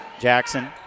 Jackson